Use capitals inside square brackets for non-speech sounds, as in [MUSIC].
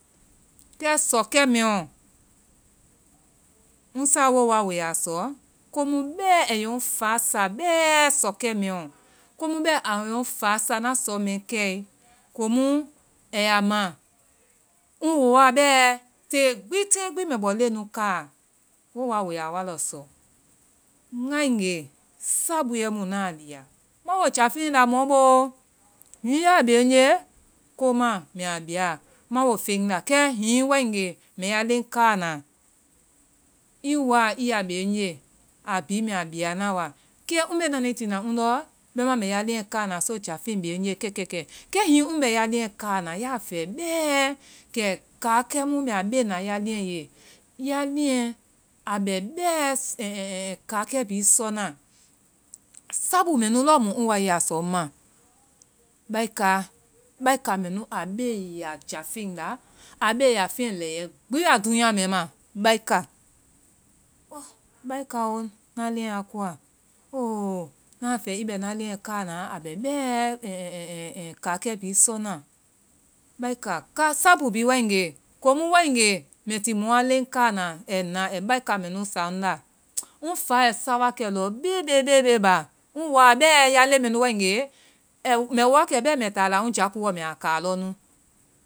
Kɛ sɔkɛ mɛ ɔ, ŋ saa wo wa we ya sɔ ko mu bɛ aa yɛ ŋ fasa sɔkɛ mɛ ɔ. Ko mu bɛ a ŋ fa sa, na sɔ mɛ kɛe, komu a ya ma, ŋ wa bɛ komu te gbi, tée gbi mbɛ bɔ leŋmɛsɛ nu kaa. Wo wa we aa wa lɔsɔ. Ngae nge, sabuɛ mu na lia. Ma wo jaafeŋ la mɔ boo. Hiŋi ya be ŋje, ko ma, mbɛ a bia. Ma wo feŋ la. Kɛ hiŋi wae nge mɛ ya leŋ kaa na, ii wa ii ya be ŋje. Aa bi, mɛ aa bia na wa. Kɛ me nana ii tiina ndɔ mɛ ya leŋ kaana so jaafeŋ be ŋje, kɛ, kɛ. Kɛ hiŋi ŋ bɛ ya leŋ kaana, ya fɛ bɛɛ kɛ kaakɛ mu mɛ a be na ya leŋ ye, ya leŋ a bɛ bɛ kaakɛ bi sɔna. Sabu mɛ nu lɔmu ŋ wa i ya sɔ ŋma. Baika! Baika mɛ nu, a be ya jaafeŋ la, a be ya feŋ lɛi yɛ gbi ya dúunya mɛ ma. Baika! O, baika o na leŋ a koa. Koo. Na fɛ i bɛ na leŋ kaa na. Aa bɛ bɛ [HESITATION] kaakɛ bhii sɔ na. Baika ka!. Sabu bhii waegee, komu mɛ ti mɔ a leŋ kaana, ai na ai baika sa nda, ŋ fa ai sa wakɛ lɔbebebeba. Ŋ wa bɛ ya leŋ mɛ nu wae nge, mbɛ wo wa kɛ mbɛ taa la ŋ jakuɔ mbɛ a kaa lɔ nu.